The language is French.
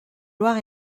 loir